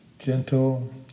gentle